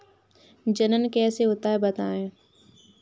जनन कैसे होता है बताएँ?